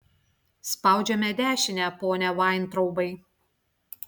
spaudžiame dešinę pone vaintraubai